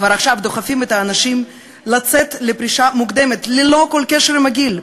כבר עכשיו דוחפים את האנשים לצאת לפרישה מוקדמת ללא כל קשר לגיל.